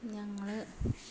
ഞങ്ങൾ